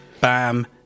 bam